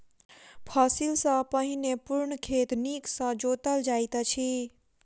फसिल सॅ पहिने पूर्ण खेत नीक सॅ जोतल जाइत अछि